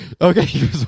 Okay